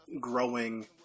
growing